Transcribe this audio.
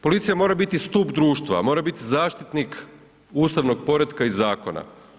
Policija mora biti stup društva, mora biti zaštitnik ustavnog poretka i zakona.